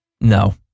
No